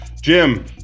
Jim